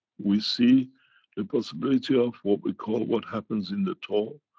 we see the possibility of, what we call, what happens in the toe,